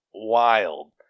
wild